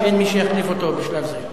ואין מי שיחליף אותו בשלב זה.